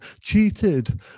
cheated